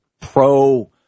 pro